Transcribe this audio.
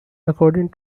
according